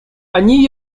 они